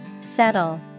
Settle